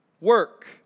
work